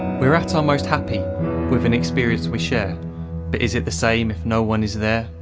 we are at our most happy with an experience we share, but is it the same if no one is there.